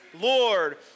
Lord